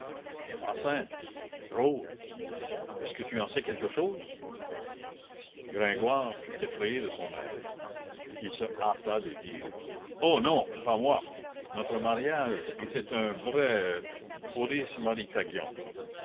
enceinte drôle est-ce que tu en sais quelque chose gringoire fut effrayé de son air il se hâta de dire oh non pas moi notre mariage était un vrai